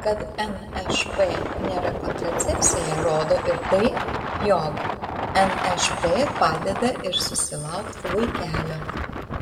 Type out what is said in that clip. kad nšp nėra kontracepcija rodo ir tai jog nšp padeda ir susilaukti vaikelio